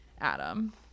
adam